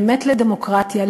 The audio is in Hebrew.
באמת לדמוקרטיה,